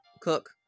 Cook